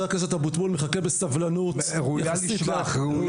חבר הכנסת אבוטבול מחכה בסבלנות ויש כאן